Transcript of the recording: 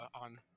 on